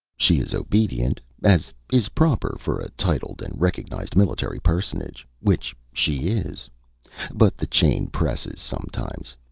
she is obedient as is proper for a titled and recognized military personage, which she is but the chain presses sometimes.